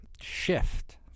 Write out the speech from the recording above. shift